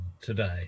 today